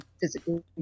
physically